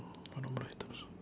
what normal items